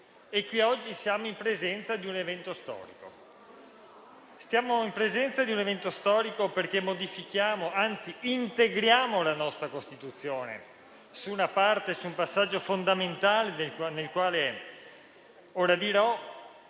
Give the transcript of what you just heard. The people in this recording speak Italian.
Siamo in presenza di un evento storico perché modifichiamo, anzi integriamo, la nostra Costituzione, su un passaggio fondamentale, del quale ora dirò.